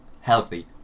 healthy